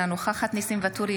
אינה נוכחת ניסים ואטורי,